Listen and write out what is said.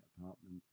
apartment